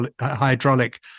hydraulic